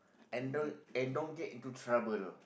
and don't and don't get into trouble